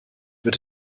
wird